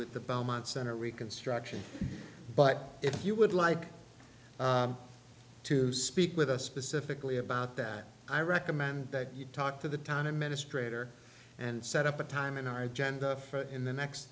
with the belmont center reconstruction but if you would like to speak with us specifically about that i recommend that you talk to the time i met a stranger and set up a time in our agenda for in the next